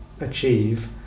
achieve